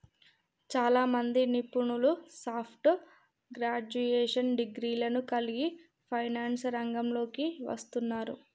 చాలామంది నిపుణులు soft graduation డిగ్రీలను కలిగి ఫైనాన్స్ రంగంలోకి వస్తున్నారు